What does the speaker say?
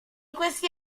questi